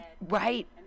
Right